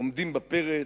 עומדים בפרץ,